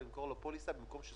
את הפוליסות שלהם ובעקבות זה העמלות